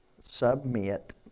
submit